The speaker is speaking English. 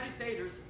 agitators